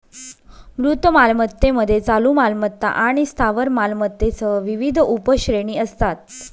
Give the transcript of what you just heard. मूर्त मालमत्तेमध्ये चालू मालमत्ता आणि स्थावर मालमत्तेसह विविध उपश्रेणी असतात